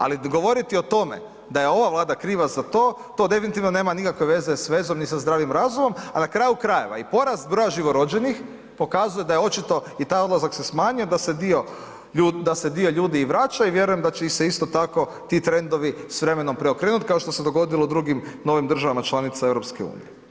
Ali, govoriti o tome da je ova Vlada kriva za to, to definitivno nema nikakve veze s vezom, ni sa zdravim razumom, a na kraju krajeva i porast broja živorođenih pokazuje da je očito i taj odlazak se smanjio da se dio ljudi i vraća i vjerujem da će se isto tako ti trendovi s vremenom preokrenut kao što se dogodilo drugim novim državama članicama EU.